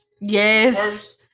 Yes